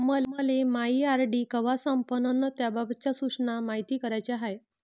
मले मायी आर.डी कवा संपन अन त्याबाबतच्या सूचना मायती कराच्या हाय